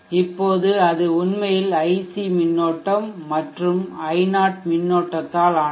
இப்போது அது உண்மையில் iC மின்னோட்டம் மற்றும் i0 மின்னோட்டத்தால் ஆனது